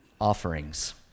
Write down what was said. offerings